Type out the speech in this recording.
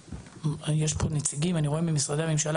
ויש פה נציגים אני רואה ממשרדי הממשלה